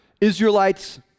Israelites